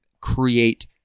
create